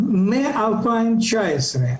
מ-2019,